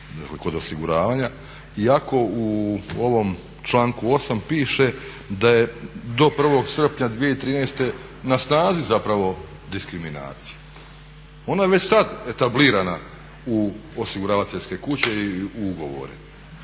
iako u ovom članku 8.piše da je do 1.srpnja 2013.na snazi zapravo diskriminacija, ona je već sad etablirana u osiguravateljske kuće i u ugovore.